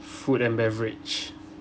food and beverage